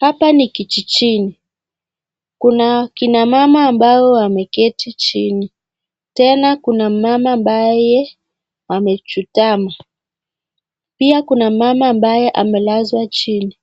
Hapa ni kijijini kuna kina mama ambao wameketi chini tene kuna mama ambaye amejidaa, pia kuna mama ambaye amelazwa chini